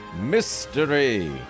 mystery